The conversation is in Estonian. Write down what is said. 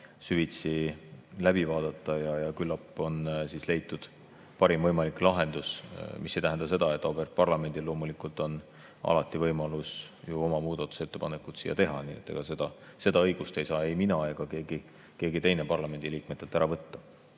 süvitsi läbi vaadata ja küllap on leitud parim võimalik lahendus. See ei [muuda] seda, et auväärt parlamendil on loomulikult alati võimalus ju oma muudatusettepanekuid teha. Seda õigust ei saa mina ega keegi teine parlamendiliikmetelt ära võtta.